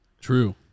True